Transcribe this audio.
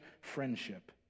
friendship